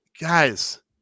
guys